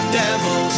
devil